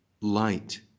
light